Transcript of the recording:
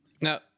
Now